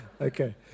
Okay